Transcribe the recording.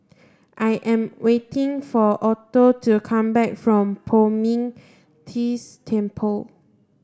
I am waiting for Otho to come back from Poh Ming Tse Temple